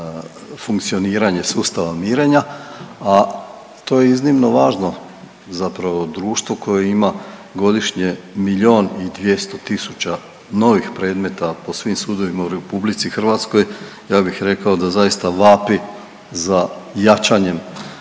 funkcioniranje sustava mirenja, a to je iznimno važno, zapravo društvo koje ima godišnje miljon i 200 tisuća novih predmeta po svim sudovima u RH ja bih rekao da zaista vapi za jačanjem